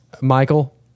Michael